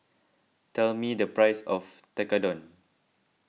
tell me the price of Tekkadon